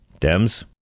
Dems